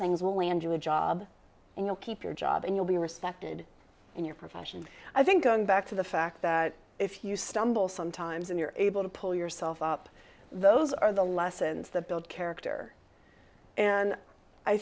a job and you'll keep your job and you'll be respected in your profession i think going back to the fact that if you stumble sometimes and you're able to pull yourself up those are the lessons that build character and i